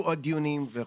יהיו עוד דיונים וכולי.